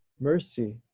Mercy